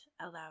allow